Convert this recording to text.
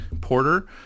porter